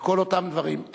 וכל אותם דברים?